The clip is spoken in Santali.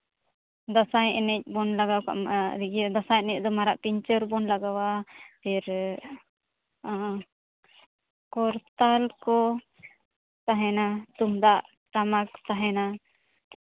ᱫᱟᱸᱥᱟᱭ ᱮᱱᱮᱡ ᱵᱚᱱ ᱞᱟᱜᱟᱣ ᱠᱟᱜᱼᱟ ᱫᱟᱸᱥᱟᱭ ᱮᱱᱮᱡ ᱫᱚ ᱢᱟᱨᱟᱜ ᱯᱤᱧᱪᱟᱹᱨ ᱵᱚᱱ ᱞᱟᱜᱟᱣᱟ ᱠᱚᱨᱛᱟᱞ ᱠᱚ ᱛᱟᱦᱮᱱᱟ ᱛᱩᱢᱫᱟᱜ ᱴᱟᱢᱟᱠ ᱛᱟᱦᱮᱱᱟ